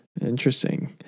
Interesting